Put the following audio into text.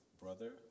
brother